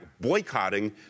boycotting